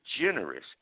Generous